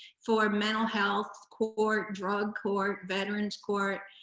for mental health court, drug court, veterans court.